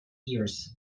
ears